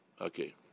okay